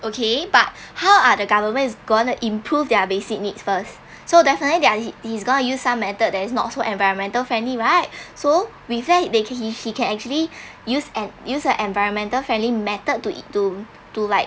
okay but how are the government is going to improve their basic needs first so definitely they are going to use some method there is not so environmental friendly right so we say they can he can actually use and use the environmental friendly method to to to like